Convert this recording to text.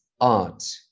art